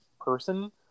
person